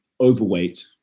overweight